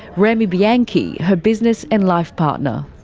remi bianchi, her business and life partner.